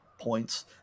points